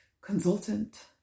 consultant